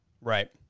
Right